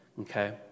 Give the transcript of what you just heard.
okay